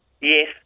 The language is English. Yes